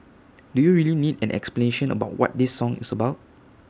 do you really need an explanation about what this song is about